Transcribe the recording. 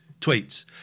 tweets